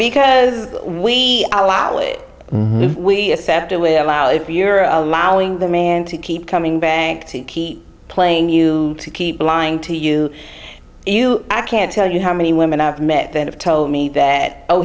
because we allow it if we accept a way allow if you're allowing the man to keep coming bank to keep playing you keep lying to you i can't tell you how many women i've met then have told me that oh